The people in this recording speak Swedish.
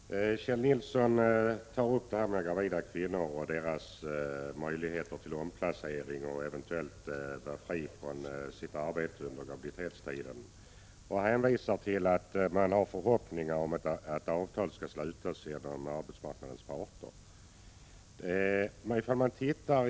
Herr talman! Kjell Nilsson tar upp frågan om gravida kvinnors möjligheter till omplacering eller eventuellt ledighet från sitt arbete under graviditetstiden. Han hänvisar till att man har förhoppningar om att ett avtal härom skall slutas mellan arbetsmarknadens parter.